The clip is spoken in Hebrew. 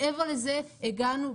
מעבר לזה הגענו,